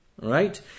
right